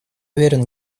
уверен